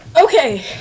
Okay